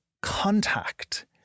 contact